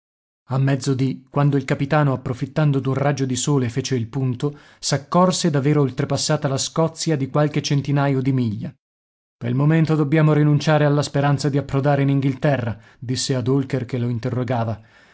a mezzodì quando il capitano approfittando d'un raggio di sole fece il punto s'accorse d'aver oltrepassata la scozia di qualche centinaio di miglia pel momento dobbiamo rinunciare alla speranza di approdare in inghilterra disse ad holker che lo interrogava